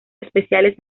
especiales